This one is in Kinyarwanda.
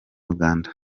uganda